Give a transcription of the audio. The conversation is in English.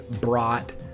brought